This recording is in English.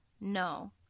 no